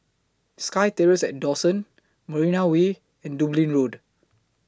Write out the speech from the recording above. SkyTerrace At Dawson Marina Way and Dublin Road